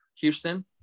Houston